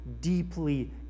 deeply